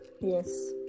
yes